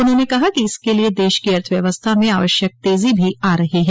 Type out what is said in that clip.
उन्होंने कहा कि इसके लिए देश की अर्थ व्यवस्था में आवश्यक तेजी भी आ रही है